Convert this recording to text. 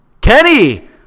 Kenny